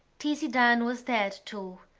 tizzie dunn was dead, too,